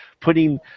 putting